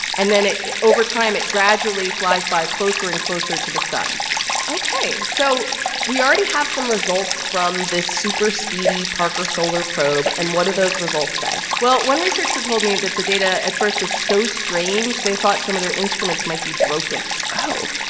and then it it over time, it gradually flies by closer and closer to the sun ok. so we already have some results from this super-speedy parker solar probe. and what do those results say? well, one researcher told me that the data at first was so strange they thought some of their instruments might be broken oh.